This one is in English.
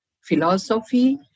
philosophy